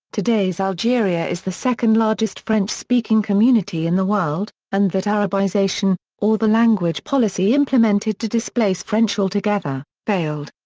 today's algeria is the second largest french-speaking community in the world and that arabization, or the language policy implemented to displace french altogether, failed.